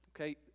Okay